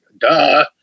duh